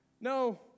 no